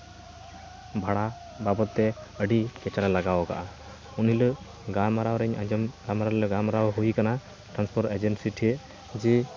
ᱵᱷᱟᱲᱟ ᱵᱟᱵᱚᱫ ᱛᱮ ᱟᱹᱰᱤ ᱞᱟᱜᱟᱣ ᱠᱟᱜᱼᱟ ᱩᱱ ᱦᱤᱞᱟᱹᱜ ᱜᱟᱞᱢᱟᱨᱟᱣ ᱨᱤᱧ ᱟᱸᱡᱚᱢ ᱜᱟᱞᱢᱟᱨᱟᱣ ᱦᱩᱭ ᱠᱟᱱᱟ ᱴᱨᱟᱱᱯᱳᱨᱴ ᱮᱡᱮᱱᱥᱤ ᱴᱷᱮᱱ ᱡᱮ